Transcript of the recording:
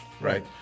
Right